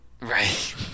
Right